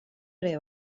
ere